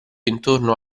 intorno